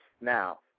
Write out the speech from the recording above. Now